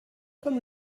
comme